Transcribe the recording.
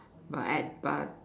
but I but I